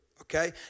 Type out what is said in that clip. okay